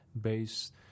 based